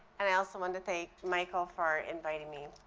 and i also want to thank michael for inviting me.